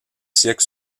siècles